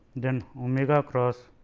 then omega cross